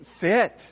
fit